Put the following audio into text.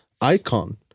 icon